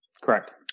Correct